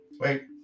Wait